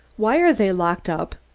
why are they locked up?